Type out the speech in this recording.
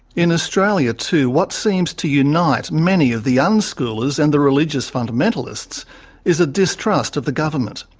in australia, too, what seems to unite many of the unschoolers and the religious fundamentalists is a distrust of the government.